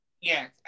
Yes